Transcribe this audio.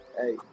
Hey